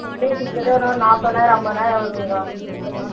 எப்படியும் கிட்டத்தட்ட ஒரு நாள் நாற்பதுனாயிரம் ஐம்பதுனாயிரம் வருங்கக்கா ஒரு மாதத்துக்கு